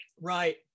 Right